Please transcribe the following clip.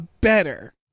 better